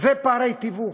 אלה פערי תיווך,